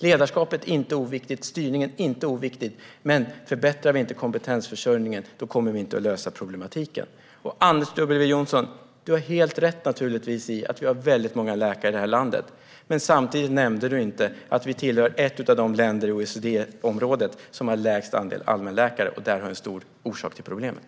Ledarskapet och styrningen är inte oviktigt, men förbättrar vi inte kompetensförsörjningen kommer vi inte att lösa problematiken. Anders W Jonsson har helt rätt i att vi har väldigt många läkare här i landet. Men du nämnde inte att vi samtidigt är ett av de länder i OECD-området som har lägst andel allmänläkare. Det är en viktig orsak till problemet.